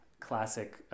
classic